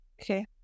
Okay